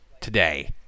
today